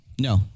No